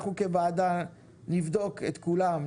אנחנו כוועדה נבדוק את כולם,